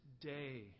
day